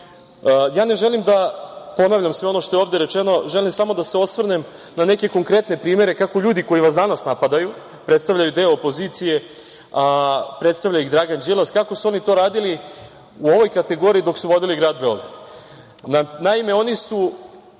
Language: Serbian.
toga. Ne želim da ponavljam sve ono što je ovde rečeno, želim samo da se osvrnem na neke konkretne primere kako ljudi koji vas danas napadaju predstavljaju deo opozicije, predstavlja ih Dragan Đilas, kako su oni to radili u ovoj kategoriji dok su vodili grad Beograd.